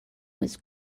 was